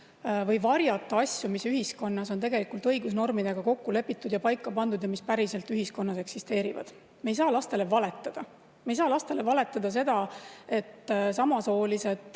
varjata asju, mis ühiskonnas on tegelikult õigusnormidega kokku lepitud ja paika pandud ja mis päriselt ühiskonnas eksisteerivad. Me ei saa lastele valetada. Me ei saa lastele valetada, et samasoolisi